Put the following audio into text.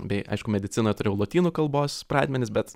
bei aišku medicinoj turėjau lotynų kalbos pradmenis bet